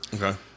Okay